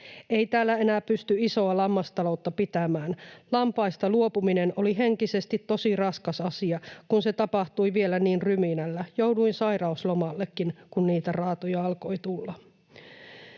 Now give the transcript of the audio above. ’Ei täällä enää pysty isoa lammastaloutta pitämään. Lampaista luopuminen oli henkisesti tosi raskas asia, kun se tapahtui vielä niin ryminällä. Jouduin sairauslomallekin, kun niitä raatoja alkoi tulla.’